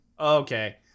Okay